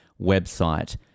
website